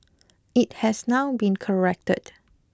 it has now been corrected